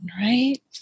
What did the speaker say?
right